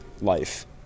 life